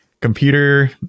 computer